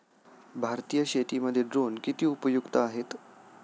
भारतीय शेतीमध्ये ड्रोन किती उपयुक्त आहेत?